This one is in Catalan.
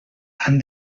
han